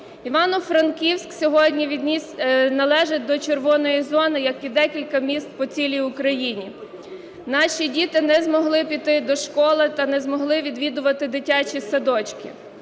Івано-Франківськ сьогодні належить до "червоної" зони, як і декілька міст по цілій Україні. Наші діти не змогли піти до школи та не змогли відвідувати дитячі садочки,